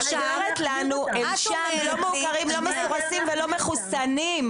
הם לא מעוקרים, לא מסורסים ולא מחוסנים.